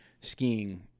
Skiing